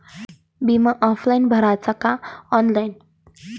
बिमा ऑफलाईन भराचा का ऑनलाईन?